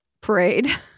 parade